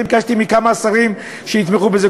ביקשתי מכמה שרים שיתמכו בזה,